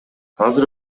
азыр